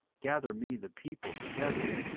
gather me the people together,